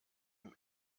mrt